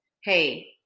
Hey